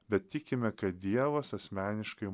bet tikime kad dievas asmeniškai